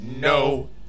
No